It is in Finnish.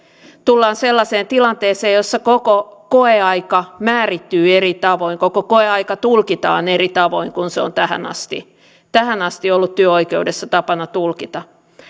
tullaan sellaiseen tilanteeseen jossa koko koeaika määrittyy eri tavoin koko koeaika tulkitaan eri tavoin kuin se on tähän asti tähän asti ollut työoikeudessa tapana tulkita